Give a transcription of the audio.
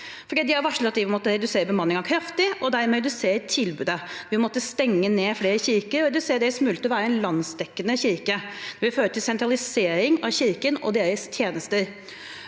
Den har varslet at den vil måtte redusere bemanningen kraftig og dermed redusere tilbudet, den vil måtte stenge ned flere kirker og slutte å være en landsdekkende kirke. Det vil føre til sentralisering av Kirken og dens tjenester.